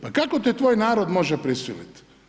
Pa kako te tvoj narod može prisilit?